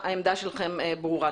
אני מבינה, העמדה שלכם ברורה.